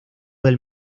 del